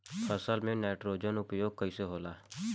फसल में नाइट्रोजन के उपयोग कइसे होला?